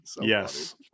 Yes